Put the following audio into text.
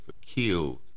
Killed